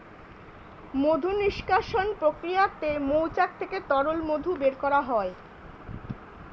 মধু নিষ্কাশণ প্রক্রিয়াতে মৌচাক থেকে তরল মধু বের করা হয়